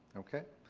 okay.